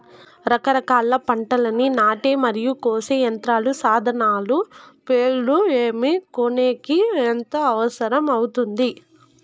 రకరకాల పంటలని నాటే మరియు కోసే యంత్రాలు, సాధనాలు పేర్లు ఏమి, కొనేకి ఎంత అవసరం అవుతుంది?